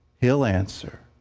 he'll answer,